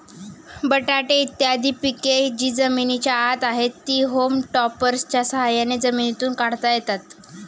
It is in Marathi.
बटाटे इत्यादी पिके जी जमिनीच्या आत आहेत, ती होम टॉपर्सच्या साह्याने जमिनीतून काढता येतात